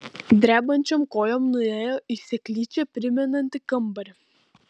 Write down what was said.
drebančiom kojom nuėjo į seklyčią primenantį kambarį